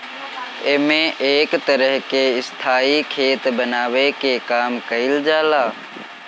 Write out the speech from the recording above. एमे एक तरह के स्थाई खेत बनावे के काम कईल जाला